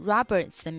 Roberts